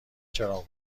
چراغ